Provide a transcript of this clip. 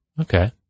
Okay